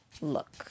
look